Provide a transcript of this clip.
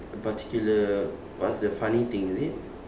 particular what's the funny thing is it